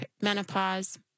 menopause